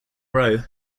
row